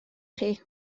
chi